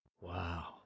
wow